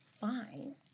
fine